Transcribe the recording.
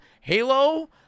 Halo